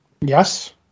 Yes